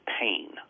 pain